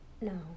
no